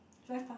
very far